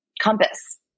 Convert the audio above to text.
Compass